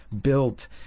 built